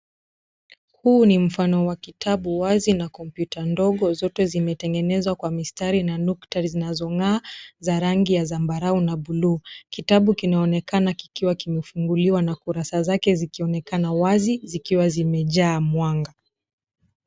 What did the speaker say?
Huu ni mfano wa kitabu wazi na kompyuta ndogo, zote zimetengenezwa kwa mistari na nukta zinazong'aa za rangi ya zambarau na buluu. Kitabu kinaonekana kikiwa kimefunguliwa na kurasa zake zikionekana wazi zikiwa zimejaa mwanga.